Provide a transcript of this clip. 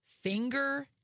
finger